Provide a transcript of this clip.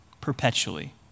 perpetually